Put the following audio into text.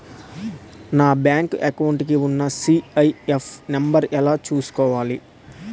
నా bank account కి ఉన్న సి.ఐ.ఎఫ్ నంబర్ ఎలా చూసుకోవాలి?